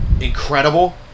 Incredible